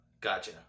Gotcha